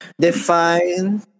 define